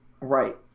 Right